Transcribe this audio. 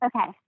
Okay